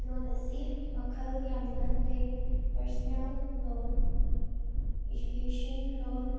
ꯂꯣꯟ ꯑꯁꯤ ꯃꯈꯜ ꯌꯥꯝꯅ ꯂꯩ ꯄꯔꯁꯅꯦꯜ ꯂꯣꯟ ꯏꯖꯨꯀꯦꯁꯟ ꯂꯣꯟ